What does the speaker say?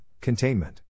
containment